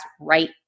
right